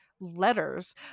letters